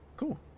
cool